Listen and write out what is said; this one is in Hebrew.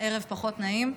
ערב פחות נעים.